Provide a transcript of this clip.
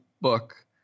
book